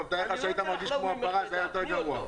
אני לא רוצה לחלוב ממך מידע תני אותו.